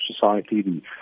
Society